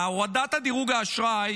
הורדת דירוג האשראי